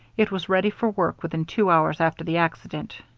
it was ready for work within two hours after the accident.